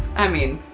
i mean.